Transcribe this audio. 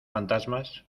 fantasmas